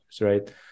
right